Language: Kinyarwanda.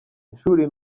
ishuri